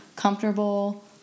comfortable